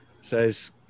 Says